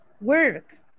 work